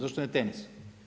Zašto ne tenis?